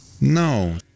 No